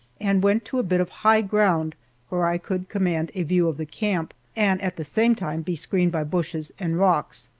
and went to a bit of high ground where i could command a view of the camp, and at the same time be screened by bushes and rocks.